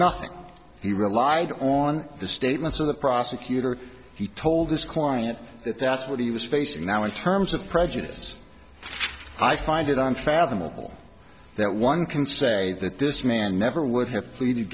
he relied on the statements of the prosecutor he told this client that that's what he was facing now in terms of prejudice i find it unfathomable that one can say that this man never would have pleaded